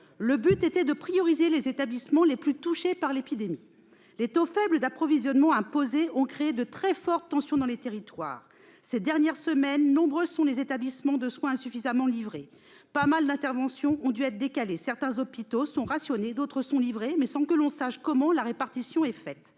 Le but était de rendre prioritaires les établissements les plus touchés par l'épidémie. Les faibles taux d'approvisionnement imposés ont créé de très fortes tensions dans les territoires. Ces dernières semaines, nombreux ont été les établissements de soins insuffisamment approvisionnés. Beaucoup d'interventions ont dû être décalées. Certains hôpitaux sont rationnés, d'autres sont livrés, mais sans que l'on sache comment est faite